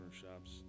shops